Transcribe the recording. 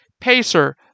Pacer